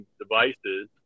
devices